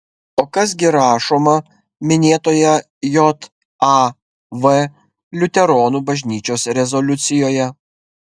o kas gi rašoma minėtoje jav liuteronų bažnyčios rezoliucijoje